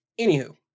Anywho